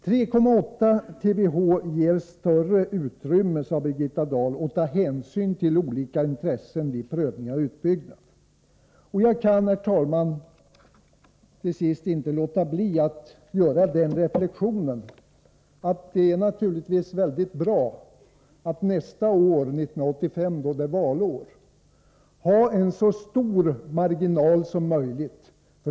3,8 TWh ger större utrymme, sade Birgitta Dahl, för att ta hänsyn till olika intressen vid prövning av utbyggnad. Jag kan, herr talman, inte låta bli att göra den reflexionen att det naturligtvis är mycket bra att nästa år — 1985, då det är valår — ha en så stor marginal som möjligt.